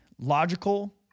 logical